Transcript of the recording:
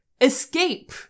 escape